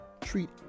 Treat